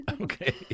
okay